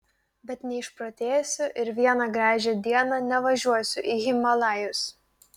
bet neišprotėsiu ir vieną gražią dieną nevažiuosiu į himalajus